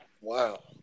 wow